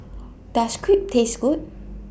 Does Crepe Taste Good